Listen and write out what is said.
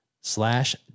slash